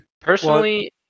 Personally